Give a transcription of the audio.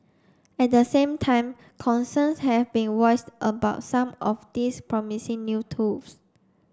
at the same time concerns have been voiced about some of these promising new tools